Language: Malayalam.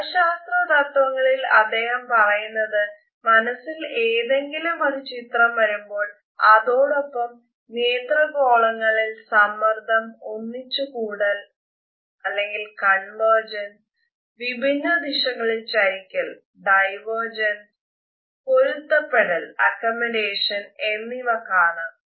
മനഃശാസ്ത്ര തത്വങ്ങളിൽ അദ്ദേഹം പറയുന്നത് മനസ്സിൽ ഏതെങ്കിലും ഒരു ചിത്രം വരുമ്പോൾ അതോടൊപ്പം നേത്രഗോളങ്ങളിൽ സമ്മർദം ഒന്നിച്ചു കൂടൽ എന്നിവ കാണാം